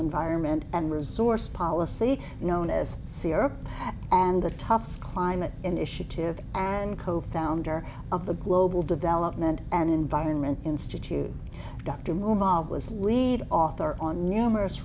environment and resources policy known as syrup and the toughs climate initiative and co founder of the global development and environment institute dr moema was lead author on numerous